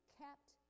kept